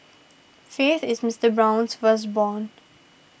faith is Mister Brown's firstborn